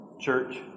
church